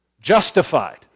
justified